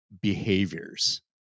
behaviors